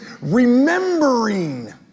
remembering